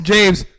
James